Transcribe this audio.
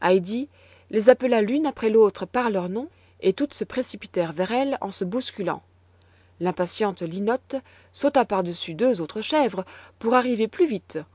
les appela l'une après l'autre par leurs noms et toutes se précipitèrent vers elle en se bousculant l'impatiente linotte sauta par-dessus deux autres chèvres pour arriver plus vite